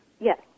Yes